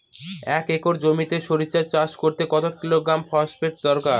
এক একর জমিতে সরষে চাষ করতে কত কিলোগ্রাম ফসফেট দরকার?